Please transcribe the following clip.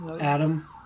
Adam